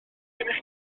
gennych